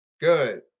Good